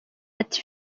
ati